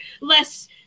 less